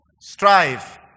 strive